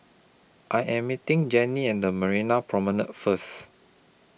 I Am meeting Jannie and Marina Promenade First